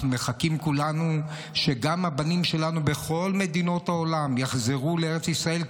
אנחנו מחכים כולנו שגם הבנים שלנו בכל מדינות העולם יחזרו לארץ ישראל,